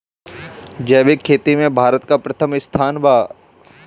जैविक खेती में भारत का प्रथम स्थान बा